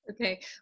Okay